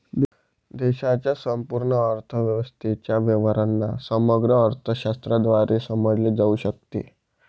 देशाच्या संपूर्ण अर्थव्यवस्थेच्या व्यवहारांना समग्र अर्थशास्त्राद्वारे समजले जाऊ शकते